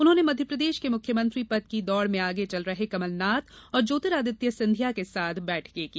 उन्होंने मध्यप्रदेश में मुख्यमंत्री पद की दौड़ में आगे चल रहे कमलनाथ और ज्योतिरादित्य सिंधिया के साथ बैठकें की